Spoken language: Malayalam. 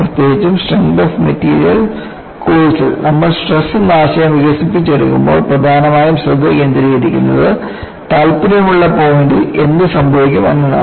പ്രത്യേകിച്ചും സ്ട്രെങ്ത് ഓഫ് മെറ്റീരിയൽസ് കോഴ്സിൽ നമ്മൾ സ്ട്രെസ് എന്ന ആശയം വികസിപ്പിച്ചെടുക്കുമ്പോൾ പ്രധാനമായും ശ്രദ്ധ കേന്ദ്രീകരിക്കുന്നത് താൽപ്പര്യമുള്ള പോയിൻറ് ഇൽ എന്ത് സംഭവിക്കും എന്നതാണ്